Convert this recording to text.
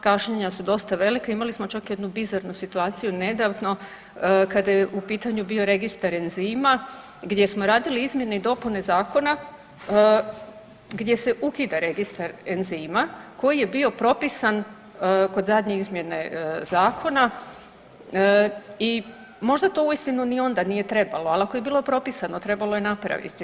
Kašnjenja su dosta velika, imali smo čak jednu bizarnu situaciju nedavno, kada je u pitanju bio Registar enzima gdje smo radili izmjene i dopune zakona gdje se ukida Registar enzima koji je bio propisan kod zadnje izmjene zakona i možda to uistinu ni onda nije trebalo, ali ako je bilo propisano, trebalo je napraviti.